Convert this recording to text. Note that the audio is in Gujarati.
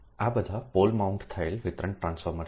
આ બધા પોલ માઉન્ટ થયેલ વિતરણ ટ્રાન્સફોર્મર છે